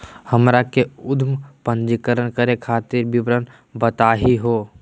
हमनी के उद्यम पंजीकरण करे खातीर विवरण बताही हो?